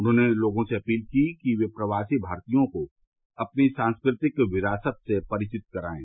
उन्होंने लोगों से अपील की कि वे प्रवासी भारतीयों को अपनी सांस्कृतिक विरासत से परिचय कराएं